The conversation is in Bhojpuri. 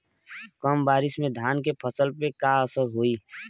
कम बारिश में धान के फसल पे का असर होई?